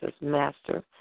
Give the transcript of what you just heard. Master